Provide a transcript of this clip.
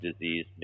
disease